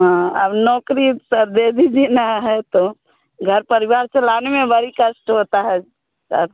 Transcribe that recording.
हाँ अब नौकरी सर दे दीजिए ना है तो घर परिवार चलाने में बड़ा कष्ट होता है सर